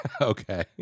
Okay